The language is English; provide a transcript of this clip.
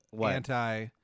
anti-